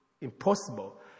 impossible